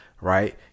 right